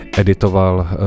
editoval